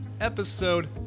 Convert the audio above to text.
Episode